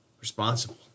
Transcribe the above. responsible